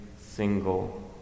single